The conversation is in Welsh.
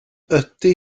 ydy